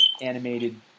animated